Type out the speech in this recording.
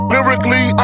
Lyrically